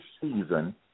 season